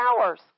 hours